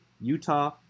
Utah